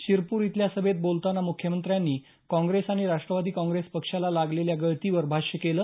शिरपूर इथल्या सभेत बोलताना मुख्यमंत्र्यांनी काँग्रेस आणि राष्ट्रवादी काँग्रेस पक्षाला लागलेल्या गळतीवर भाष्य केलं